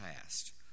past